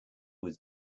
was